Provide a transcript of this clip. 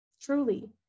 truly